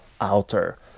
outer